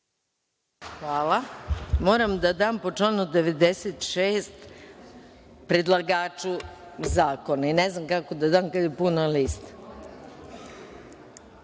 Hvala. Moram da dam po članu 96. predlagaču zakona. Ne znam kako da dam kad je puna lista. Javite